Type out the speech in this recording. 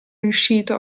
riuscito